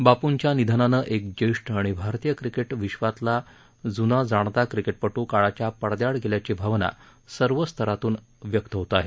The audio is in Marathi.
बापूंच्या निधनानं एक ज्येष्ठ आणि भारतीय क्रिकेट विश्वातला जुनाजाणता क्रिकेटपटू काळाच्या पडद्याआड गेल्याची भावना सर्वच स्तरातून व्यक्त होत आहे